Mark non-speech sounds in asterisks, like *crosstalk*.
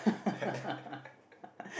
*laughs*